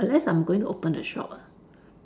unless I'm going to open a shop ah